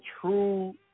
true